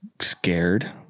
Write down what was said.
scared